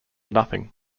nothing